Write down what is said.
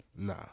Nah